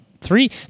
Three